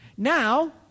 Now